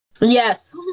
Yes